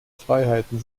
freiheiten